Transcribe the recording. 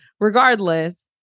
regardless